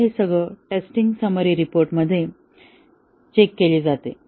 तर हे सगळे टेस्टिंग समरी रिपोर्ट मध्ये असते किंवा चेक केले जाते